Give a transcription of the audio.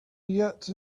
yet